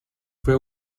fue